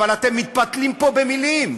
אבל אתם מתפתלים פה במילים.